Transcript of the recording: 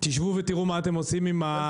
תשבו ותראו מה אתם עושים עם הגרעינים.